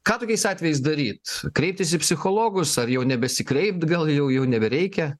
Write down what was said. ką tokiais atvejais daryt kreiptis į psichologus ar jau nebesikreipt gal jau jau nebereikia